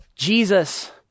Jesus